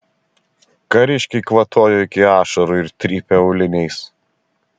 kariškiai kvatojo iki ašarų ir trypė auliniais